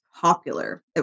popular